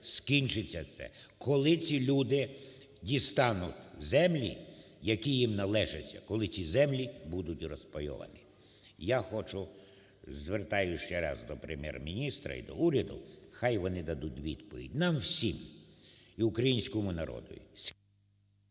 скінчиться це? Коли цю люди дістануть землі, які їм належать? Коли ці землі будуть розпайовані? Я хочу, звертаюсь ще раз до Прем'єр-міністра і до уряду, хай вони дадуть відповідь нам всім і українському народу...